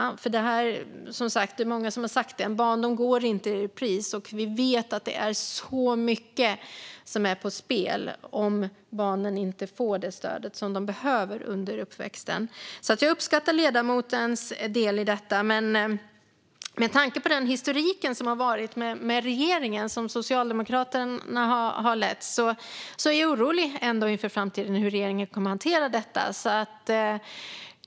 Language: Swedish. En barndom går inte i repris - det är många som har sagt det - och vi vet att det är mycket som står på spel om barnen inte får det stöd som de behöver under uppväxten. Jag uppskattar ledamotens del i detta, men med tanke på den historik som har varit med regeringen, som Socialdemokraterna har lett, är jag orolig för hur regeringen kommer att hantera detta inför framtiden.